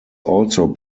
also